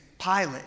Pilate